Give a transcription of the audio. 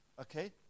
Okay